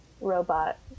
robot